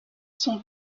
son